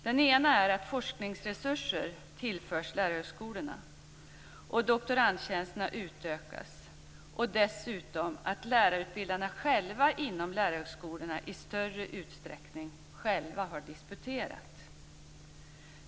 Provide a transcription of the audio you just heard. Den ena är att forskningsresurser tillförs lärarhögskolorna och att doktorandtjänsterna utökas. Dessutom måste lärarutbildarna själva i större utsträckning ha disputerat.